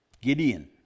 Gideon